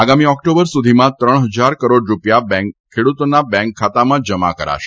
આગામી ઓક્ટોબર સુધીમાં ત્રણ હજાર કરોડ રૂપિયા ખેડૂતોના બેંક ખાતામાં જમા કરાશે